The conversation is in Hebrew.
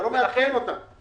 אתה לא מעדכן אותה.